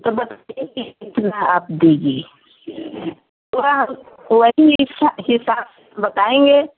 तो कितना आप देंगी तो वही हिसा हिसाब से बताएँगे